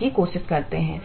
है